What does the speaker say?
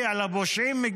פושעים?